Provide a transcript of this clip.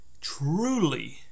truly